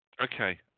Okay